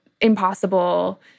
impossible